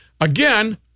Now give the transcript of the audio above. again